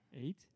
Eight